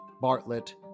Bartlett